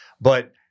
But-